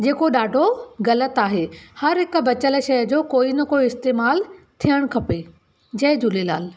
जेको ॾाढो ग़लति आहे हर हिकु बचियल शइ जो कोई न कोई इस्तेमालु थियणु खपे जय झूलेलाल